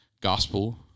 gospel